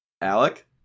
Alec